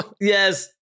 yes